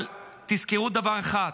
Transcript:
אבל תזכרו דבר אחד: